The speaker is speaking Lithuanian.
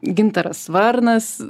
gintaras varnas